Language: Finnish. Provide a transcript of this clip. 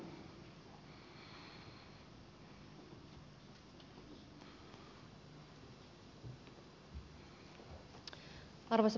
arvoisa puhemies